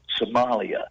somalia